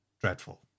Dreadful